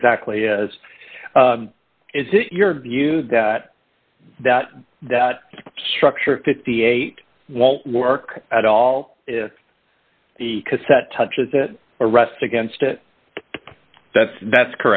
exactly is is it your view that that that structure fifty eight won't work at all if the cassette touches it or rest against it that's that's